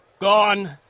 Gone